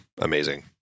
amazing